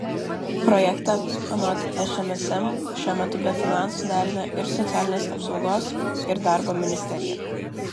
projektą anot šmsm šiuo metu be finansų derina ir socialinės apsaugos ir darbo ministerija